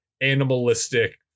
animalistic